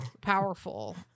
powerful